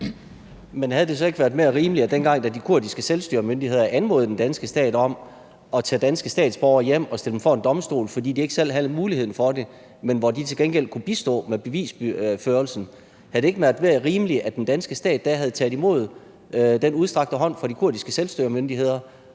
Men havde det så ikke været mere rimeligt, at man, dengang de kurdiske selvstyremyndigheder anmodede den danske stat om at tage danske statsborgere hjem og stille dem for en domstol, fordi de ikke selv havde muligheden for det, men hvor de så til gengæld kunne bistå med bevisførelse, havde taget imod den udstrakte hånd fra de kurdiske selvstyremyndigheder